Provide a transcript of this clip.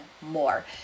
more